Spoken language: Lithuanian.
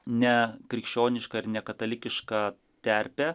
ne krikščionišką ir ne katalikišką terpę